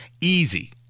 Easy